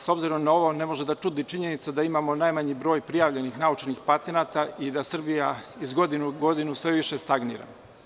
S obzirom na ovo, ne može da čudi činjenica da imamo najmanji broj prijavljenih naučnih patenata i da Srbija iz godine u godinu sve više stagnira.